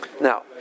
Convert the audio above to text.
Now